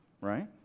Right